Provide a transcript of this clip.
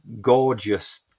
gorgeous